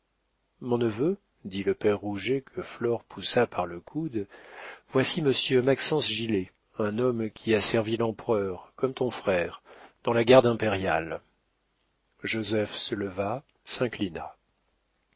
mon neveu dit le père rouget que flore poussa par le coude voici monsieur maxence gilet un homme qui a servi l'empereur comme ton frère dans la garde impériale joseph se leva s'inclina